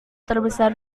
terbesar